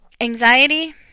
anxiety